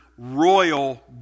royal